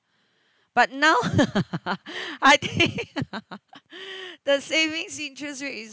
but now I think the savings interest rate is